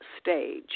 stage